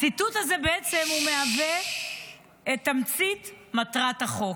הציטוט הזה בעצם מהווה את תמצית מטרת החוק.